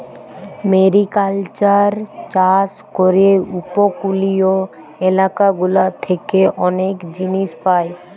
mariculture চাষ করে উপকূলীয় এলাকা গুলা থেকে অনেক জিনিস পায়